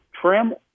trim